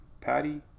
Patty